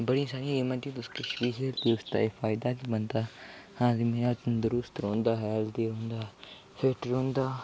बड़ी सारी गेम्मां न जि'यां तुस किश बी खेलदेओ ते ओह्दा फायदा गै होंदा आदमी तंदरुस्त रौंह्दा हैल्दी रौंह्दा फिट्ट रौंह्दा